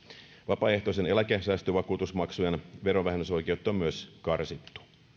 vapaaehtoisten eläkesäästövakuutusmaksujen verovähennysoikeutta on myös karsittu